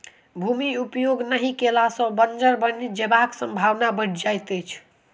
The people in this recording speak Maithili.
भूमि उपयोग नहि कयला सॅ बंजर बनि जयबाक संभावना बढ़ि जाइत छै